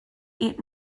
eat